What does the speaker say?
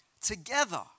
together